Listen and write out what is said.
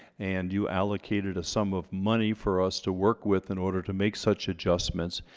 and you allocated a sum of money for us to work with in order to make such adjustments,